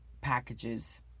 packages